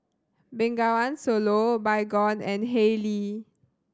Bengawan Solo Baygon and Haylee